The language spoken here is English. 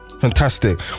fantastic